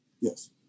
Yes